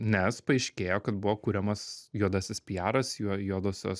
nes paaiškėjo kad buvo kuriamas juodasis piaras juo juodosios